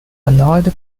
annoyed